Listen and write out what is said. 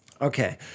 Okay